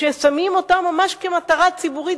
כששמים אותה ממש כמטרה ציבורית,